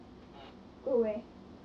go where